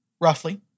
roughly